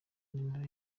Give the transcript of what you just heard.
nimero